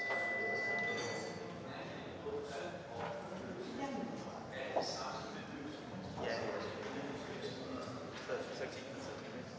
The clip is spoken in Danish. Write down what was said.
Tak